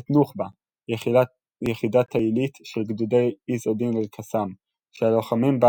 את נוח'בה - יחידת העילית של גדודי עז א־דין אל־קסאם שהלוחמים בה